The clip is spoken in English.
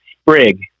Sprig